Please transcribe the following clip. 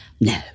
No